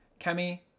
kemi